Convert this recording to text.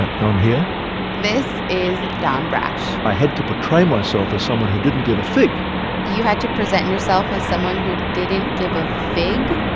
don here this is don brash i head to portray myself as someone who didn't give a fig you had to present yourself as someone who didn't give a fig?